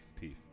teeth